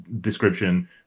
description